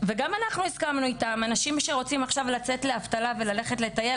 וגם אנחנו הסכמנו איתם אנשים שרוצים לצאת לאבטלה וללכת לטייל,